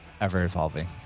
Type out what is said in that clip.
ever-evolving